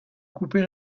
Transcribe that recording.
couper